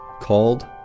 called